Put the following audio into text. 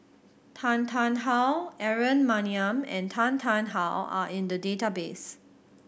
Tan Tarn How Aaron Maniam and Tan Tarn How are in the database